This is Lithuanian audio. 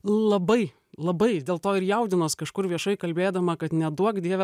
labai labai dėl to ir jaudinuos kažkur viešai kalbėdama kad neduok dieve